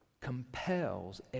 compels